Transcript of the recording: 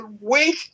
wait